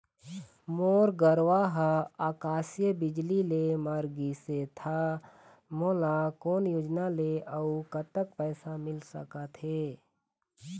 मोर गरवा हा आकसीय बिजली ले मर गिस हे था मोला कोन योजना ले अऊ कतक पैसा मिल सका थे?